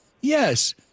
Yes